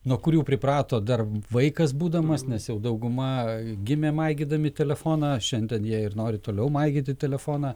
nuo kurių priprato dar vaikas būdamas nes jau dauguma gimė maigydami telefoną šiandien jie ir nori toliau maigyti telefoną